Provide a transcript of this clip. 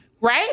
Right